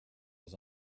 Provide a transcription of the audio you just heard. was